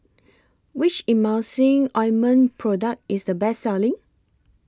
Which Emulsying Ointment Product IS The Best Selling